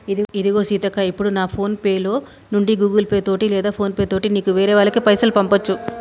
ఇదిగో సీతక్క ఇప్పుడు నా ఫోన్ లో నుండి గూగుల్ పే తోటి లేదా ఫోన్ పే తోటి నీకు వేరే వాళ్ళకి పైసలు పంపొచ్చు